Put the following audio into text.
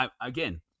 Again